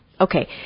Okay